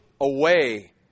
away